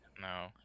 no